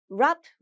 Wrap